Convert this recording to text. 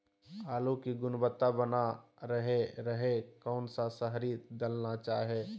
आलू की गुनबता बना रहे रहे कौन सा शहरी दलना चाये?